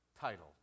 title